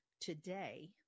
today –